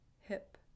hip